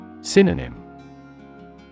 Synonym